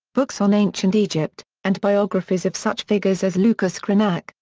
books on ancient egypt, and biographies of such figures as lucas cranach,